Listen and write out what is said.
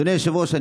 אדוני היושב-ראש,